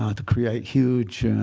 ah to create huge,